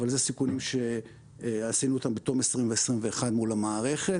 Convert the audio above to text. אבל אלה סיכונים שעשינו אותם בתום 2021 מול המערכת.